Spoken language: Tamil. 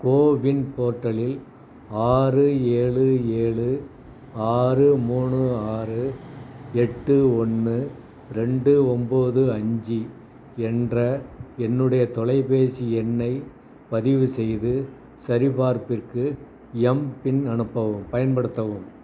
கோவின் போர்ட்டலில் ஆறு ஏழு ஏழு ஆறு மூணு ஆறு எட்டு ஒன்று ரெண்டு ஒன்போது அஞ்சு என்ற என்னுடைய தொலைபேசி எண்ணைப் பதிவு செய்து சரிபார்ப்புக்கு எம்பின் அனுப்பவும் பயன்படுத்தவும்